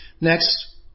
Next